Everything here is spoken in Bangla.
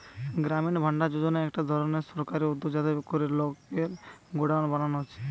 গ্রামীণ ভাণ্ডার যোজনা একটা ধরণের সরকারি উদ্যগ যাতে কোরে গ্রামে গোডাউন বানানা হচ্ছে